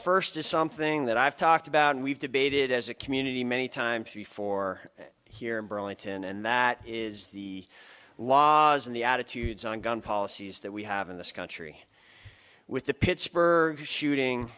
first is something that i've talked about and we've debated as a community many times before here in burlington and that is the law and the attitudes on gun policies that we have in this country with the pittsburgher shooting